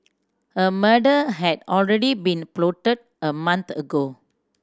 a murder had already been plotted a month ago